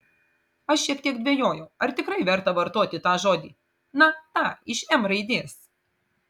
aš šiek tiek dvejojau ar tikrai verta vartoti tą žodį na tą iš m raidės